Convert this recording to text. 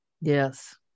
yes